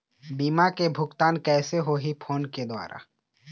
बीमा के भुगतान कइसे होही फ़ोन के द्वारा?